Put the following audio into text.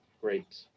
great